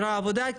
זרוע עבודה,